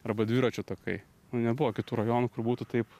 arba dviračių takai nu nebuvo kitų rajonų kur būtų taip